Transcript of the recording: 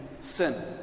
sin